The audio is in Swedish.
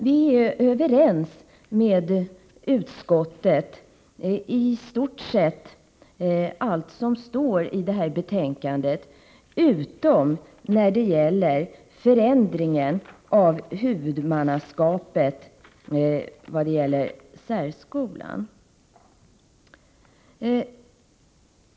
Vi är överens med utskottets majoritet om i stort sett allt som står i det här betänkandet utom i fråga om förändringen av huvudmannaska pet när det gäller särskolan.